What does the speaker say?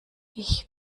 ich